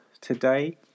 today